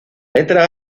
letra